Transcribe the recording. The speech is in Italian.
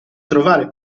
trovare